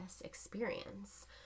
experience